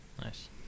Nice